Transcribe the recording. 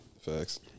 Facts